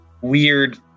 weird